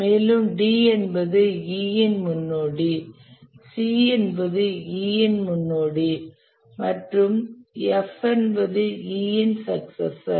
மேலும் D என்பது E இன் முன்னோடி C என்பது E இன் முன்னோடி மற்றும் F என்பது E இன் சக்சசர்